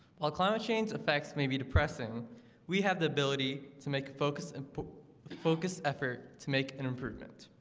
while climate change effects may be depressing we have the ability to make focus and focus effort to make an improvement